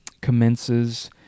commences